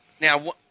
Now